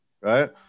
right